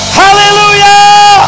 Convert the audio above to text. hallelujah